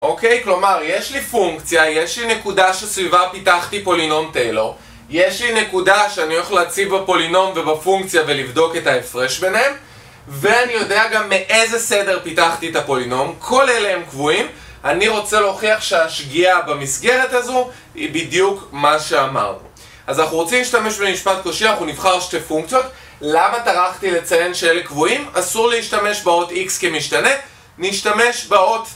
אוקיי? כלומר, יש לי פונקציה, יש לי נקודה שסביבה פיתחתי פולינום טיילור יש לי נקודה שאני הולך להציב בפולינום ובפונקציה ולבדוק את ההפרש ביניהם ואני יודע גם מאיזה סדר פיתחתי את הפולינום, כל אלה הם קבועים אני רוצה להוכיח שהשגיאה במסגרת הזו היא בדיוק מה שאמרנו. אז אנחנו רוצים להשתמש במשפט קושי, אנחנו נבחר שתי פונקציות למה טרחתי לציין שאלה קבועים? אסור להשתמש באות X כמשתנה נשתמש באות